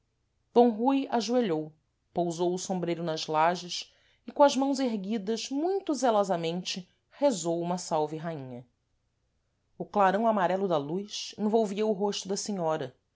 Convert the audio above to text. d rui ajoelhou pousou o sombreiro nas lages e com as mãos erguidas muito zelosamente rezou uma salve rainha o clarão amarelo da luz envolvia o rosto da senhora